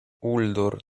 uldor